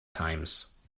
times